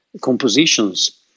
compositions